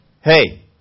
Hey